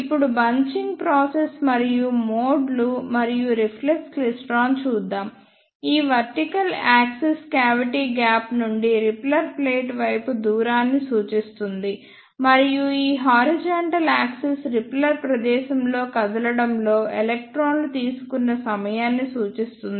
ఇప్పుడు bunching process మరియు మోడ్లు మరియు రిఫ్లెక్స్ క్లైస్ట్రాన్ చూద్దాం ఈ వర్టికల్ యాక్సిస్ క్యావిటీ గ్యాప్ నుండి రిపెల్లర్ ప్లేట్ వైపు దూరాన్ని సూచిస్తుంది మరియు ఈ హారిజాంటల్ యాక్సిస్ రిపెల్లర్ ప్రదేశంలో కదలడంలో ఎలక్ట్రాన్లు తీసుకున్న సమయాన్ని సూచిస్తుంది